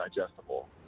digestible